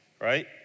right